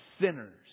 sinners